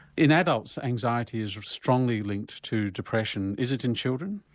in adults anxiety is strongly linked to depression, is it in children?